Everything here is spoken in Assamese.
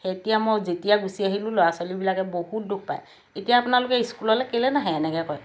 সেই এতিয়া মই যেতিয়া গুচি আহিলোঁ ল'ৰা ছোৱালীবিলাকে বহুত দুখ পায় এতিয়া আপোনালোকে স্কুললৈ কেলে নাহে এনেকৈ কয়